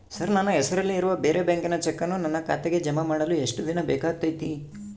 Sir ನನ್ನ ಹೆಸರಲ್ಲಿ ಇರುವ ಬೇರೆ ಬ್ಯಾಂಕಿನ ಚೆಕ್ಕನ್ನು ನನ್ನ ಖಾತೆಗೆ ಜಮಾ ಮಾಡಲು ಎಷ್ಟು ದಿನ ಬೇಕಾಗುತೈತಿ?